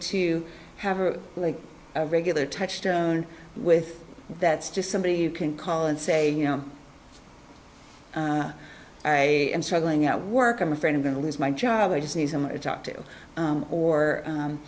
to have a like a regular touch tone with that's just somebody you can call and say you know i am struggling at work i'm afraid i'm going to lose my job i just need someone to talk to